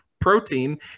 protein